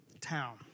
town